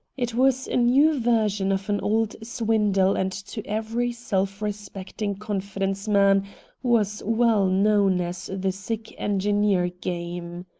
it was a new version of an old swindle and to every self-respecting confidence man was well known as the sick engineer game.